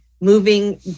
moving